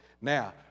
Now